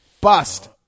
Bust